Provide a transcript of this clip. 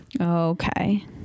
Okay